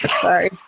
Sorry